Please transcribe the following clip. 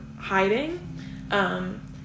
hiding